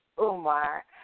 Umar